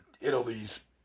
Italy's